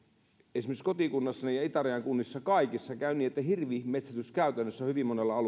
esimerkiksi kotikunnassani ja itärajan kunnissa kaikissa käy niin että hirvenmetsästys käytännössä hyvin monella alueella